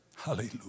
Hallelujah